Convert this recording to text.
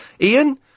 Ian